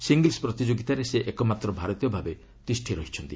singles ପ୍ରତିଯୋଗିତାରେ ସେ ଏକମାତ୍ର ଭାରତୀୟ ଭାବେ ତିଷ୍ଠି ରହିଛନ୍ତି